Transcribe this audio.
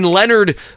Leonard